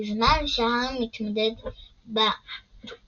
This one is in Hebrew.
בזמן שהארי מתמודד בטורניר,